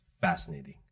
fascinating